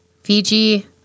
Fiji